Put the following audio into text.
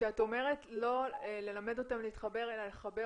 כשאת אומרת לא ללמד אותם להתחבר אלא לחבר